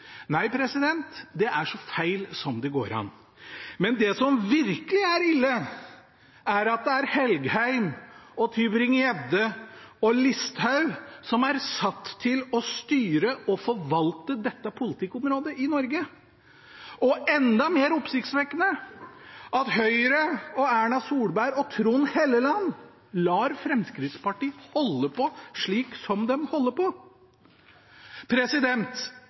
det er så feil som det går an. Men det som virkelig er ille, er at det er Engen-Helgheim, Christian Tybring-Gjedde og Listhaug som er satt til å styre og forvalte dette politikkområdet i Norge. Og enda mer oppsiktsvekkende er det at Høyre og Erna Solberg og Trond Helleland lar Fremskrittspartiet holde på sånn som de holder på.